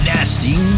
Nasty